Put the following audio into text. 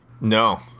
No